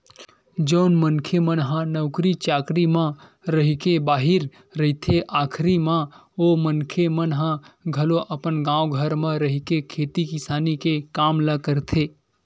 जउन मनखे मन ह नौकरी चाकरी म रहिके बाहिर रहिथे आखरी म ओ मनखे मन ह घलो अपन गाँव घर म रहिके खेती किसानी के काम ल करथे